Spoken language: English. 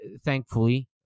thankfully